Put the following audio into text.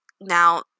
Now